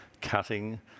cutting